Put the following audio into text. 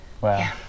Wow